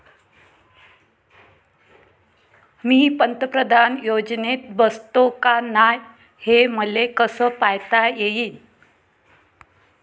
मी पंतप्रधान योजनेत बसतो का नाय, हे मले कस पायता येईन?